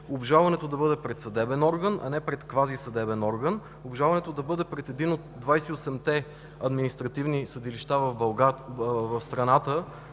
обжалването да бъде пред съдебен орган, а не пред квазисъдебен орган. Обжалването да бъде пред един от 28-те административни съдилища в страната,